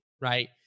right